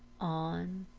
on,